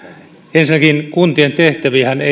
ensinnäkin kuntien tehtäviähän ei